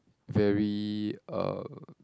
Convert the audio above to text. very uh